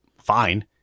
fine